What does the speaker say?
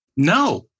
No